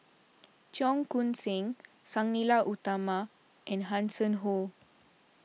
Cheong Koon Seng Sang Nila Utama and Hanson Ho